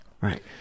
right